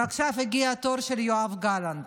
ועכשיו הגיע התור של יואב גלנט.